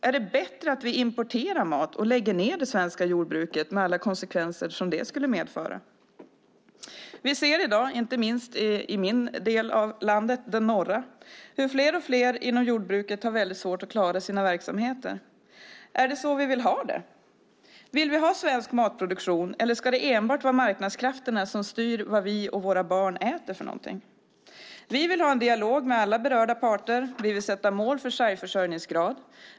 Är det bättre att vi importerar mat och lägger ned det svenska jordbruket, med alla konsekvenser det skulle medföra? Vi ser i dag, inte minst i min del av landet, det vill säga den norra, hur fler och fler inom jordbruket har väldigt svårt att klara sina verksamheter. Är det så vi vill ha det? Vill vi ha svensk matproduktion, eller ska det enbart vara marknadskrafterna som styr vad vi och våra barn äter för någonting? Vi vill ha en dialog med alla berörda parter, och vi vill sätta mål för Sveriges försörjningsgrad.